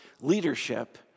leadership